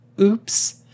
Oops